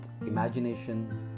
imagination